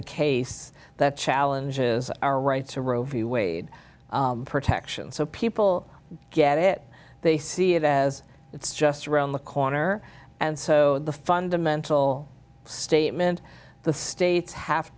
a case that challenges our rights to roe v wade protections so people get it they see it as it's just around the corner and so the fundamental statement the states have